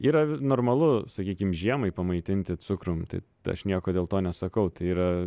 yra normalu sakykim žiemai pamaitinti cukrum tai aš nieko dėl to nesakau tai yra